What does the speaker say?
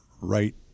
right